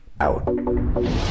out